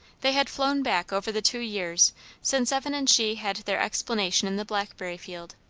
they had flown back over the two years since evan and she had their explanation in the blackberry field,